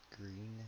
green